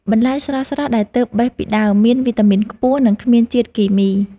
បន្លែស្រស់ៗដែលទើបបេះពីដើម មានវីតាមីនខ្ពស់ និងគ្មានជាតិគីមី។